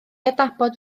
adnabod